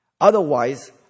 Otherwise